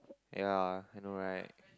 ya I know right